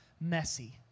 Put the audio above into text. messy